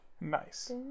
Nice